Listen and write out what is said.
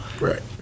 Right